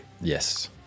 Yes